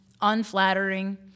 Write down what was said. unflattering